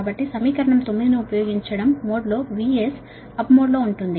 కాబట్టి సమీకరణం 9 ను ఉపయోగించడం మోడ్లో VS అప్ మోడ్లో ఉంటుంది